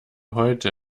heute